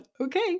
okay